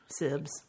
Sibs